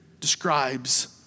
describes